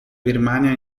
birmania